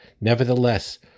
Nevertheless